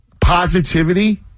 positivity